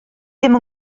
ddim